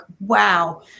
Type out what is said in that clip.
wow